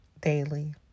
daily